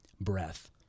breath